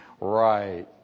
Right